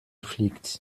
fliegt